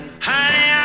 Honey